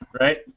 right